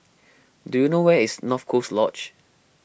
do you know where is North Coast Lodge